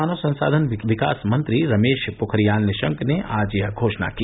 मानव संसाधन विकास मंत्री रमेश पोखरियाल निशंक ने आज यह घोषणा की